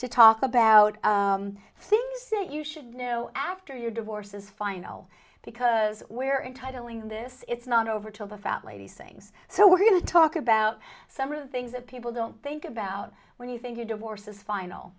to talk about things that you should know after your divorce is final because we're entitling this it's not over till the fat lady sings so we're going to talk about some of the things that people don't think about when you think your divorce is final